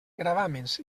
gravàmens